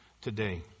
today